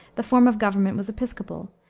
the form of government was episcopal,